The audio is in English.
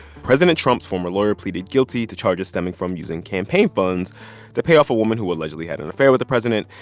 president trump's former lawyer pleaded guilty to charges stemming from using campaign funds to pay off a woman who allegedly had an affair with the president.